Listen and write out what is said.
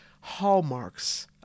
hallmarks